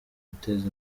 guteza